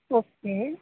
okay